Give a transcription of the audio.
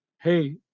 Hey